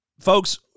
Folks